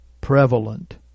prevalent